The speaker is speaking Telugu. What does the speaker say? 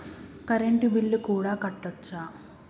కరెంటు బిల్లు కూడా కట్టొచ్చా?